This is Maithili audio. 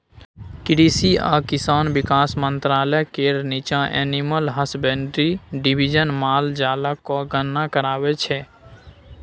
कृषि आ किसान बिकास मंत्रालय केर नीच्चाँ एनिमल हसबेंड्री डिबीजन माल जालक गणना कराबै छै